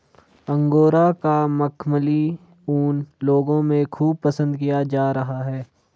angora का मखमली ऊन लोगों में खूब पसंद किया जा रहा है